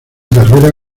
carrera